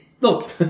Look